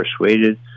persuaded